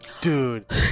dude